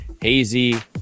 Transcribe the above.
hazy